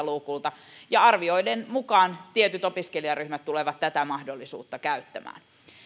luukulta ja arvioiden mukaan tietyt opiskelijaryhmät tulevat tätä mahdollisuutta käyttämään